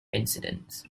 incidents